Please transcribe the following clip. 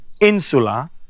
insula